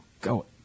Go